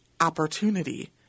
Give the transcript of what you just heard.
opportunity